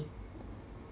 !wow!